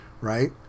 right